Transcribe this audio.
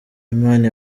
imana